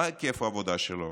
מה היקף העבודה שלו?